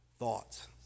thoughts